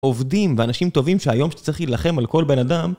עובדים ואנשים טובים שהיום כשאתה צריך להילחם על כל בן אדם